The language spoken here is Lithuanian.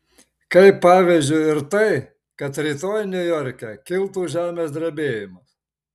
kaip pavyzdžiui ir tai kad rytoj niujorke kiltų žemės drebėjimas